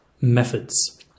Methods